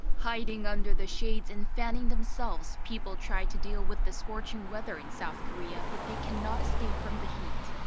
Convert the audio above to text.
hiding under the shade and fanning themselves. people try to deal with the scorching weather in south korea but they cannot escape from the heat.